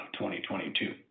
2022